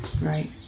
Right